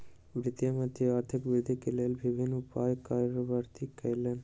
वित्त मंत्री आर्थिक वृद्धि के लेल विभिन्न उपाय कार्यान्वित कयलैन